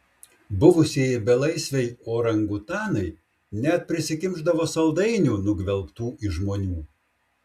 buvusieji belaisviai orangutanai net prisikimšdavo saldainių nugvelbtų iš žmonių